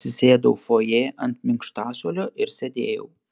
atsisėdau fojė ant minkštasuolio ir sėdėjau